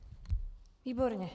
Děkuji.